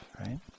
Right